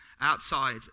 outside